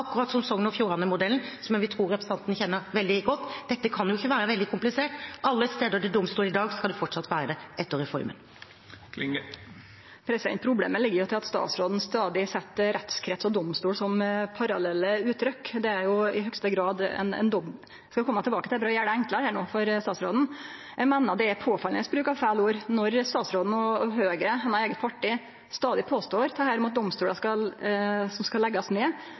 akkurat som Sogn og Fjordane-modellen, som jeg vil tro at representanten kjenner veldig godt. Dette kan ikke være veldig komplisert. På alle steder hvor det er domstol i dag, skal det fortsatt være det etter reformen. Problemet er jo at statsråden stadig brukar «rettskrets» og «domstol» som parallelle uttrykk. Eg skal kome tilbake til dette, men no skal eg prøve å gjere det enklare for statsråden. Eg meiner det er ein påfallande bruk av feil ord når statsråden og Høgre, hennar eige parti, stadig påstår at domstolar som skal leggjast ned, framleis kjem til å vere domstolar etterpå berre fordi det